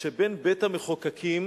שבין בית-המחוקקים